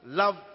love